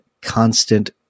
constant